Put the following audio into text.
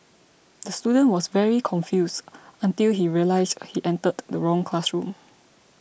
the student was very confused until he realised he entered the wrong classroom